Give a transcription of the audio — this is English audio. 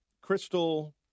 crystal